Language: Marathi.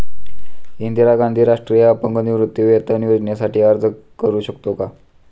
इंदिरा गांधी राष्ट्रीय अपंग निवृत्तीवेतन योजनेसाठी अर्ज करू शकतो का?